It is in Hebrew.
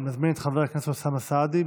אני מזמין את חבר הכנסת אוסאמה סעדי,